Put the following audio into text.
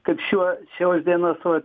kaip šiuo šios dienos va